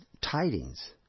tidings